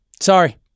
Sorry